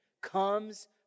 comes